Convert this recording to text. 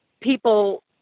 people